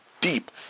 deep